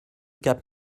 cap